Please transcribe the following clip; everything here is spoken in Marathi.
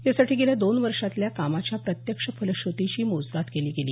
यासाठी गेल्या दोन वर्षातल्या कामाच्या प्रत्यक्ष फलश्रुतीची मोजदाद केली गेली